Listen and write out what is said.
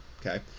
Okay